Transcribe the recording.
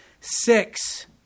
six